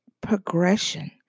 progression